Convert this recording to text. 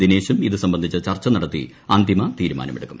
ദിനേശും ഇത് സംബന്ധിച്ച് ചർച്ച ്ഥിടത്തി അന്തിമ തീരുമാനമെടുക്കും